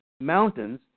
mountains